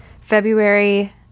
February